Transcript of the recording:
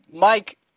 Mike